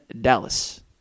Dallas